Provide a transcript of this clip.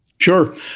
Sure